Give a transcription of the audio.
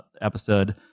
episode